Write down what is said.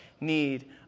need